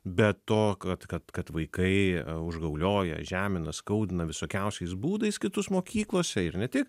be to kad kad kad vaikai užgaulioja žemina skaudina visokiausiais būdais kitus mokyklose ir ne tik